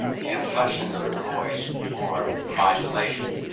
the inflections of the voice, or modulation,